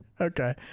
okay